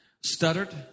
stuttered